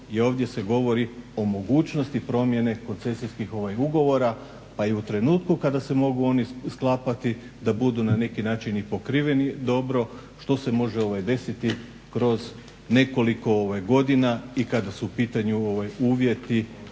ovdje se govori o mogućnosti promjeni koncesijskih ugovora. Pa i u trenutku kada se mogu oni sklapati da budu na neki način i pokriveni dobro. Što se može desiti kroz nekoliko godina i kada su u pitanju uvjeti